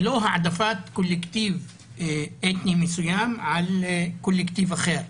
לא העדפת קולקטיב אתני מסוים על קולקטיב אחר,